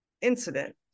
incident